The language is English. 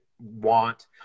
want